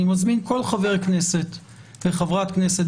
אני מזמין כל חבר כנסת וחברת כנסת,